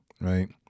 right